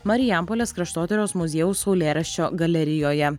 marijampolės kraštotyros muziejaus saulėraščio galerijoje